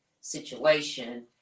situation